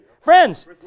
friends